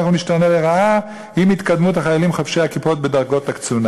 הצבא הולך ומשתנה לרעה עם התקדמות החיילים חובשי הכיפות בדרגות הקצונה.